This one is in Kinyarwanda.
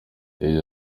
yagize